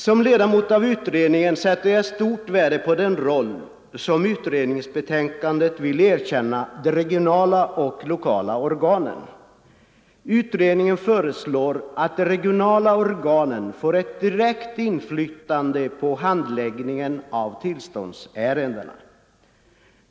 Som ledamot av utredningen sätter jag stort värde på den roll som utredningen vill tilldela de regionala och lokala organen. Utredningen föreslår att de regionala organen skall få ett direkt inflytande på handläggningen av tillståndsärendena.